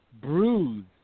bruised